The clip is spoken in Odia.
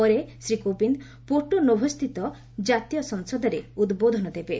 ପରେ ଶ୍ରୀ କୋବିନ୍ଦ ପୋର୍ଟୋ ନୋଭୋସ୍ଥିତ କାତୀୟ ସଂସଦରେ ଉଦ୍ବୋଧନ ଦେବେ